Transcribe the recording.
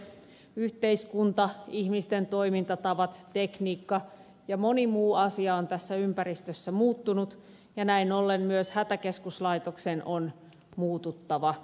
yhteiskunta ihmisten toimintatavat tekniikka ja moni muu asia on tässä ympäristössä muuttunut ja näin ollen myös hätäkeskuslaitoksen on muututtava